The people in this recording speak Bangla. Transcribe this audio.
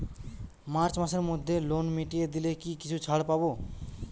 মার্চ মাসের মধ্যে লোন মিটিয়ে দিলে কি কিছু ছাড় পাব?